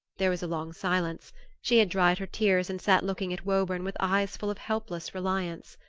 there was a long silence she had dried her tears and sat looking at woburn with eyes full of helpless reliance.